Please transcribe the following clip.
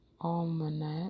Almanac